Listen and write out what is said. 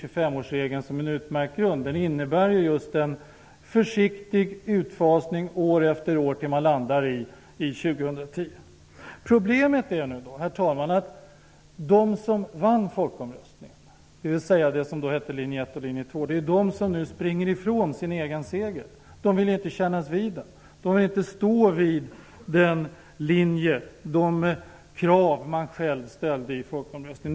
25 årsregeln är en utmärkt grund. Den innebär just en försiktig utfasning år efter år till dess att man landar i 2010. Problemet är, herr talman, att de som vann folkomröstningen, dvs. det som då hette linje 1 och linje 2, nu springer ifrån sin egen seger. De vill inte kännas vid den. De vill inte stå vid den linje och de krav man själv ställde i folkomröstningen.